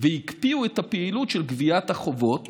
והקפיאו את הפעילות של גביית החובות